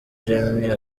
jammeh